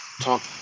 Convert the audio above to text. talk